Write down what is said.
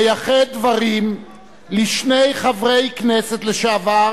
לייחד דברים לשני חברי כנסת לשעבר